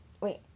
wait